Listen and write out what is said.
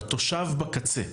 לתושב בקצה.